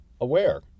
aware